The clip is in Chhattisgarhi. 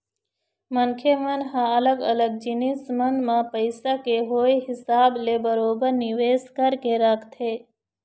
मनखे मन ह अलग अलग जिनिस मन म पइसा के होय हिसाब ले बरोबर निवेश करके रखथे